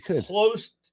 close